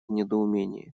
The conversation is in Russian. недоумении